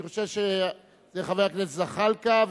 אני חושב שאלה חבר הכנסת זחאלקה,